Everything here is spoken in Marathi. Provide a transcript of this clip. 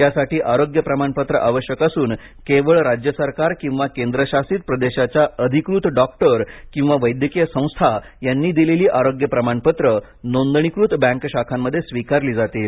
यासाठी आरोग्य प्रमाणपत्र आवश्यक असून केवळ राज्य सरकार किंवा केंद्रशासित प्रदेशाच्या अधिकृत डॉक्टर किंवा वैद्यकीय संस्था यांनी दिलेली आरोग्य प्रमाणपत्रे नोंदणीकृत बँक शाखांमध्ये स्वीकारली जातील